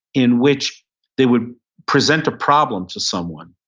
in which they would present a problem to someone.